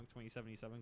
2077